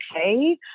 okay